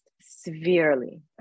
severely